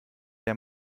der